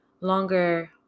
longer